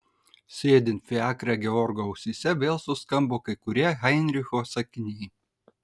sėdint fiakre georgo ausyse vėl suskambo kai kurie heinricho sakiniai